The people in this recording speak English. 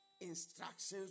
instructions